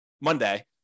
monday